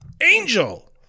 Angel